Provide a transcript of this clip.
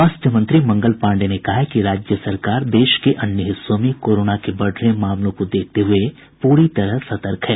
स्वास्थ्य मंत्री मंगल पांडेय ने कहा है कि राज्य सरकार देश के अन्य हिस्सों में कोरोना के बढ़ रहे मामलों को देखते हुए पूरी तरह सतर्क है